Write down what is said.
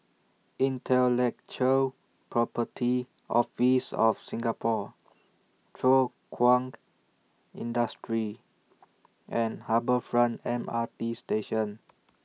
Intellectual Property Office of Singapore Thow Kwang Industry and Harbour Front M R T Station